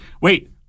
wait